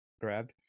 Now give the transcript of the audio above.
grabbed